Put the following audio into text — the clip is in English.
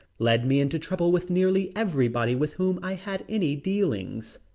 led me into trouble with nearly everybody with whom i had any dealings.